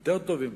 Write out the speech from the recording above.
יותר טובים,